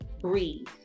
breathe